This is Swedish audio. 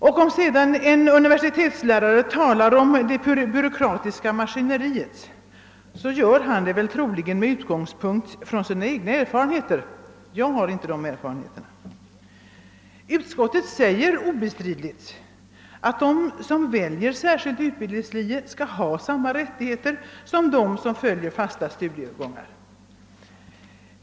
Ifall sedan en universitetslärare talar om det byråkratiska maskineriet, så gör han det troligen med utgångspunkt från sina egna erfarenheter; jag har för min del inte dessa erfarenheter. Utskottet säger obestridligen, att de som väljer särskild utbildningslinje skall ha samma rättigheter som de studenter som följer fasta studiegångar.